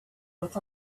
with